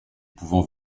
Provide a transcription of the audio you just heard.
pouvant